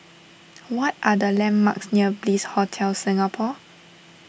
what are the landmarks near Bliss Hotel Singapore